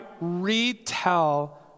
retell